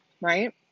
right